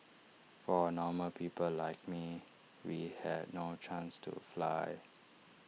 for normal people like me we had no chance to fly